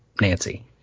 Nancy